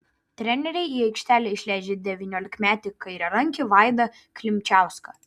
treneriai į aikštelę išleidžia devyniolikmetį kairiarankį vaidą klimčiauską